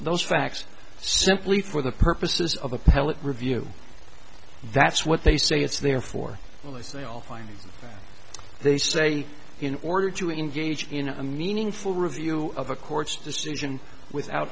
those facts simply for the purposes of appellate review that's what they say it's there for all they say all finally they say in order to engage in a meaningful review of a court's decision without